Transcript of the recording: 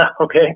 Okay